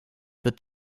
wird